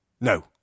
No